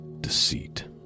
deceit